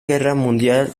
guerra